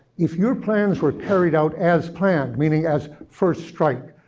if your plans were carried out as planned, meaning as first strike,